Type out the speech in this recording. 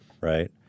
right